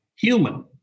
human